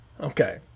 Okay